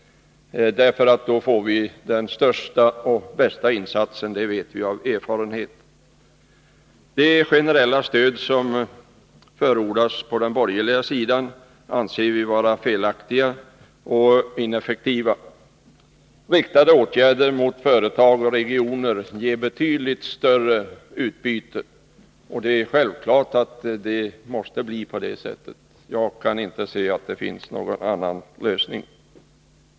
Då får vi den största och bästa effekten — det vet vi av erfarenhet. De generella stöd som förordas på den borgerliga sidan anser vi vara felaktiga och ineffektiva. Riktade åtgärder till företag och regioner ger betydligt större utbyte. Det är självklart att det måste bli på det sättet — jag kan inte se att det finns någon annan lösning.